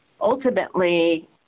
ultimately